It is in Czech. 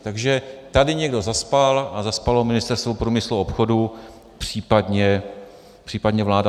Takže tady někdo zaspal, a zaspalo Ministerstvo průmyslu a obchodu, případně vláda.